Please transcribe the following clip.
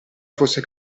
fosse